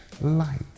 light